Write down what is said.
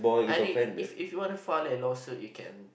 and it if if you wanna file a lawsuit you can